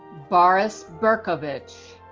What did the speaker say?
boris berkovich.